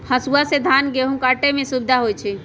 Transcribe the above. हसुआ से धान गहुम काटे में सुविधा होई छै